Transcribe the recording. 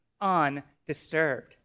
undisturbed